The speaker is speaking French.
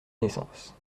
naissance